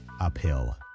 uphill